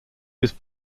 was